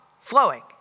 flowing